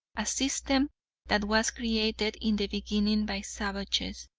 a system that was created in the beginning by savages,